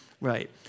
right